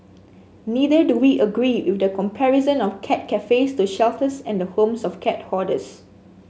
neither do we agree with the comparison of cat cafes to shelters and the homes of cat hoarders